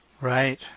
Right